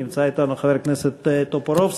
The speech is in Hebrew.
נמצא אתנו חבר הכנסת טופורובסקי,